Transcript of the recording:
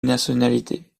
nationalité